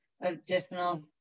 additional